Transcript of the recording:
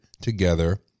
together